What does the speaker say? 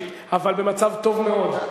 יד שלישית, אבל במצב טוב מאוד.